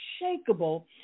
unshakable